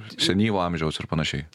senyvo amžiaus ir panašiai